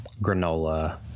granola